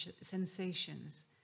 sensations